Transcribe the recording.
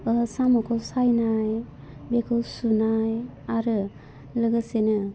साम'खौ सायनाय बेखौ सुनाय आरो लोगोसेनो